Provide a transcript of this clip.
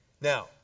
Now